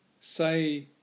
Say